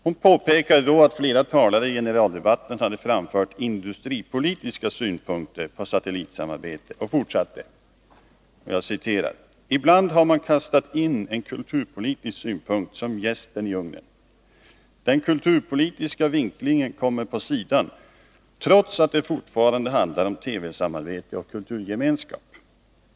Hon påpekade då att flera talare i generaldebatten hade framfört industripolitiska synpunkter på satellitsamarbetet och fortsatte: ”TIbland har man kastat in en kulturpolitisk synpunkt som jästen i ugnen. Den kulturpolitiska vinklingen kommer på sidan — trots att det fortfarande handlar om TV-samarbete och kulturgemenskap.